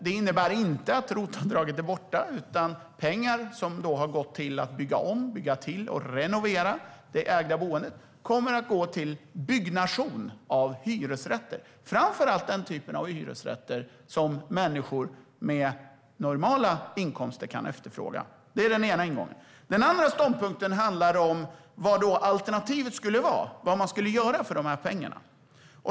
Det innebär inte att ROT-avdraget är borta, utan pengar som har gått till att bygga om, bygga till och renovera det ägda boendet kommer nu att gå till byggnation av hyresrätter, framför allt den typ av hyresrätter som människor med normala inkomster kan efterfråga. Det är en ingång. En annan ståndpunkt handlar om vad alternativet är - vad man skulle göra för dessa pengar.